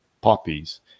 poppies